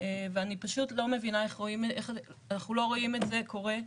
ואני פשוט לא מבינה איך אנחנו לא רואים את זה קורה.